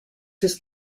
ist